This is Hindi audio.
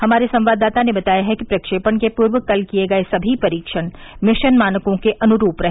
हमारे संवाददाता ने बताया है कि प्रक्षेपण के पूर्व कल किये गए सभी परीक्षण मिशन मानकों के अन्रूप रहे